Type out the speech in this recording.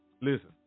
listen